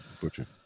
Butcher